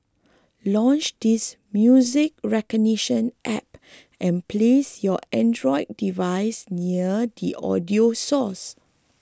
launch this music recognition app and place your Android device near the audio source